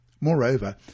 Moreover